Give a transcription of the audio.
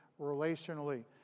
relationally